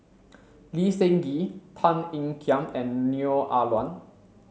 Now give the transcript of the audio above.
Lee Seng Gee Tan Ean Kiam and Neo Ah Luan